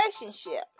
relationship